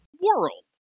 world